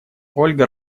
ольга